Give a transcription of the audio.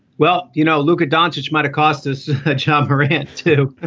well, you know, look, advantage might've cost us a chomp grant to